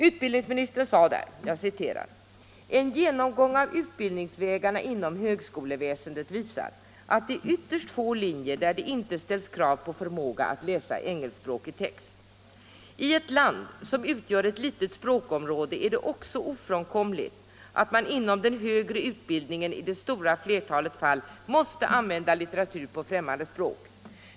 Utbildningsministern sade där: ”En genomgång av utbildningvägarna inom högskoleväsendet visar, att det är ytterst få linjer, där det inte ställs krav på förmågan att läsa engelskspråkig text. I ett land, som utgör ett litet språkområde, är det också ofrånkomligt, att man inom den högre utbildningen i det stora flertalet fall måste använda litteratur på främmande språk.